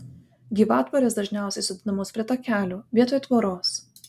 gyvatvorės dažniausiai sodinamos prie takelių vietoj tvoros